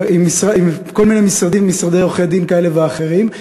עם כל מיני משרדים, משרדי עורכי-דין כאלה ואחרים.